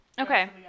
Okay